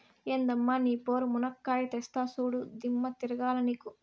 ఎందమ్మ నీ పోరు, మునక్కాయా తెస్తా చూడు, దిమ్మ తిరగాల నీకు